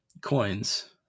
coins